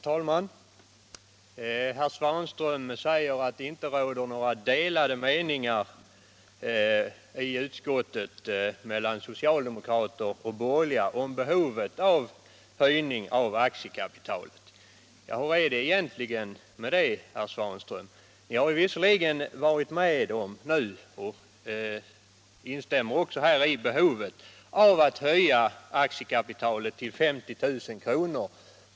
Herr talman! Herr Svanström säger att socialdemokraterna och de borgerliga i utskottet inte hade några delade meningar om behovet av en höjning av aktiekapitalet. Men hur förhåller det sig egentligen med den saken? Ni har visserligen medgivit att det finns ett behov av att höja aktiekapitalet till 50 000 kr.